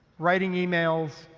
writing emails,